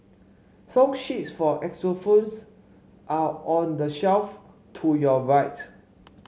song sheets for xylophones are on the shelf to your right